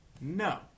No